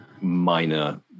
minor